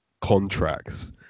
contracts